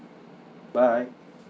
bye